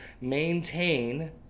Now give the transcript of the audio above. maintain